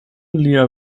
lia